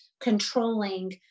controlling